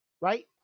right